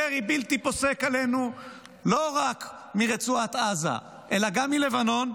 ירי בלתי פוסק עלינו לא רק מרצועת עזה אלא גם מלבנון,